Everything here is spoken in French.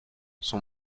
son